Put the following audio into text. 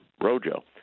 rojo